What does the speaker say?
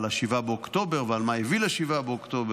על 7 באוקטובר ועל מה הביא ל-7 באוקטובר,